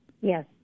Yes